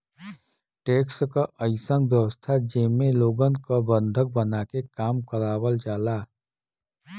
tax क अइसन व्यवस्था जेमे लोगन क बंधक बनाके काम करावल जाला